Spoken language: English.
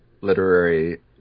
literary